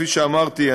כפי שאמרתי,